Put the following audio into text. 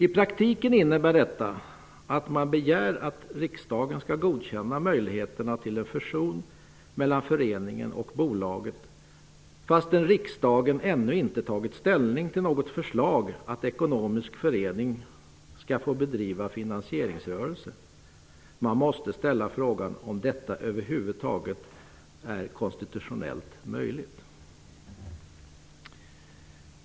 I praktiken innebär detta att man begär att riksdagen skall godkänna möjligheterna till en fusion mellan föreningen och bolaget fastän riksdagen ännu inte tagit ställning till något förslag om att ekonomisk förening skall få bedriva finansieringsrörelse. Man måste ställa frågan: Är detta över huvud taget konstitutionellt möjligt?